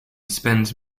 spends